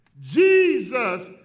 Jesus